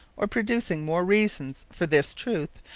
or producing more reasons, for this truth,